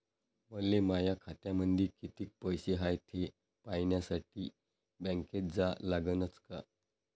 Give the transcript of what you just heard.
मले माया खात्यामंदी कितीक पैसा हाय थे पायन्यासाठी बँकेत जा लागनच का?